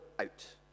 out